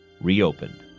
reopened